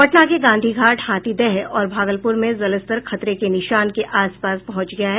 पटना के गांधी घाट हाथीदह और भागलपुर में जलस्तर खतरे के निशान के आसपास पहुंच गया है